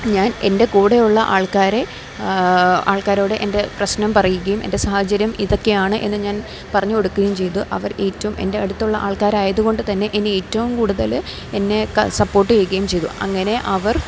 ഞാൻ എൻ്റെ കൂടെയുള്ള ആൾക്കാരെ ആൾക്കാരോട് എൻ്റെ പ്രശ്നം പറയുകയും എൻ്റെ സാഹചര്യം ഇതൊക്കെയാണ് എന്നു ഞാൻ പറഞ്ഞു കൊടുക്കുകയും ചെയ്തു അവർ ഏറ്റവും എൻ്റെ അടുത്തുള്ള ആൾക്കാരായതുകൊണ്ട് തന്നെ എന്നെ ഏറ്റവും കൂടുതൽ എന്നേ സപ്പോട്ട് ചെയ്യുകയും ചെയ്തു അങ്ങനെ അവർ